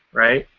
right?